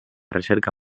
recerca